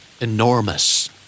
enormous